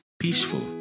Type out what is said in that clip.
peaceful